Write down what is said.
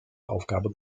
aufgabe